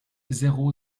zéro